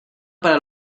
para